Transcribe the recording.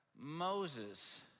Moses